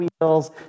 wheels